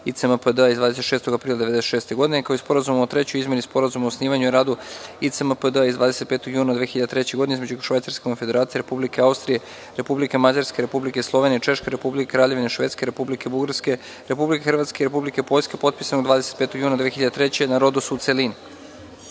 ICMPD iz 26. aprila 1996. godine, kao i Sporazumom o trećoj izmeni Sporazuma o osnivanju i radu ICMPD iz 25. juna 2003. godine između Švajcarske konfederacije, Republike Austrije, Republike Mađarske, Republike Slovenije, Češke Republike, Kraljevine Švedske, Republike Bugarske, Republike Hrvatske i Republike Poljske, potpisanog 25. juna 2003. godine